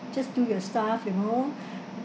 just do your stuff you know